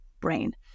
brain